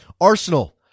Arsenal